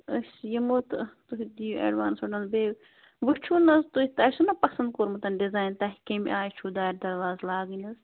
أسۍ یِمو تہٕ تُہۍ دِیِو اٮ۪ڈوانٕس وٮ۪ڈوانٕس بیٚیہِ وٕچھُو نَہ حظ تۄہہِ آسِوٕنَہ پسند کوٚرمُت ڈِزاین تۄہہِ کَمہِ آیہِ چھُو دارِ درواز لاگٕنۍ حظ